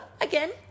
Again